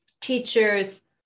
teachers